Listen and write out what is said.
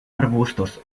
arbustos